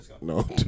No